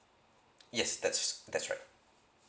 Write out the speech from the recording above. yes that's that's right